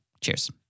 Cheers